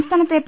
സംസ്ഥാനത്തെ പി